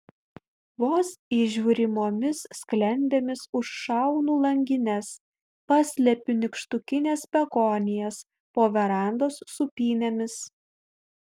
vos įžiūrimomis sklendėmis užšaunu langines paslepiu nykštukines begonijas po verandos sūpynėmis